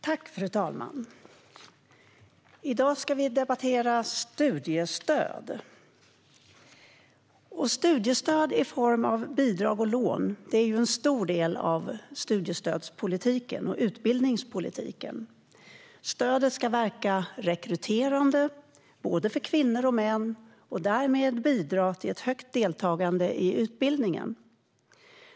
Fru talman! I dag debatterar vi studiestöd. Studiestöd i form av bidrag och lån är en stor del av utbildningspolitiken. Stödet ska verka rekryterande för både kvinnor och män och därmed bidra till ett högt deltagande i utbildningen.